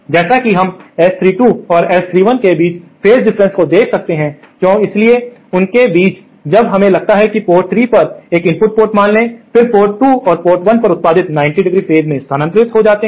जैसा कि हम S32 और S31 के बीच फेज डिफरेंस को देख सकते हैं इसलिए इनके बीच जब हमें लगता है पोर्ट 3 पर एक इनपुट पोर्ट मान लें फिर पोर्ट 2 और पोर्ट 1 पर उत्पादित 90° फेज में स्थानांतरित हो जाते हैं